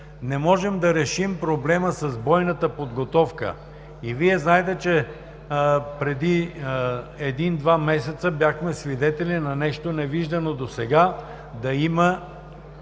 Не можем да решим проблема с бойната подготовка. Вие знаете, че преди един-два месеца бяхме свидетели на нещо невиждано досега: да има